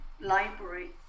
library